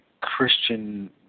Christian